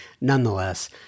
nonetheless